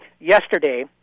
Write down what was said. yesterday